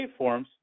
waveforms